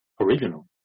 original